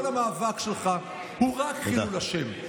כל המאבק שלך הוא רק חילול השם.